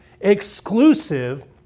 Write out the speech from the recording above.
exclusive